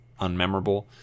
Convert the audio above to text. unmemorable